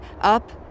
up